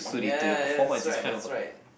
ya ya ya that's right that's right